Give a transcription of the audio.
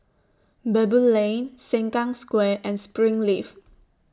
Baboo Lane Sengkang Square and Springleaf